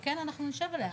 וכן, אנחנו נשב עליה.